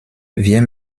wir